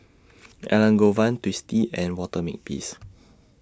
Elangovan Twisstii and Walter Makepeace